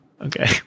Okay